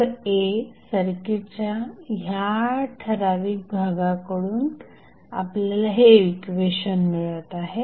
node a सर्किटच्या ह्या ठराविक भागाकडून आपल्याला हे इक्वेशन मिळत आहे